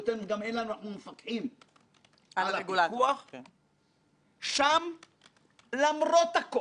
מדינת ישראל אינני רואה שהולכת לעשות זאת כי גם מתקיים כשל,